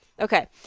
Okay